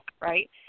right